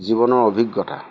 জীৱনৰ অভিজ্ঞতা